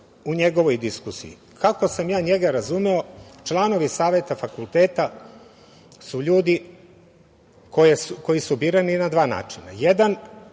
u njegovoj diskusiji? Kako sam ja njega razumeo, članovi saveta fakulteta su ljudi koji su birani na dva načina. Na